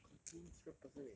completely different person eh